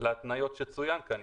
להתניות שצוינו כאן.